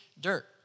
dirt